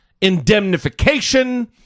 indemnification